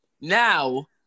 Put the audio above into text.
Now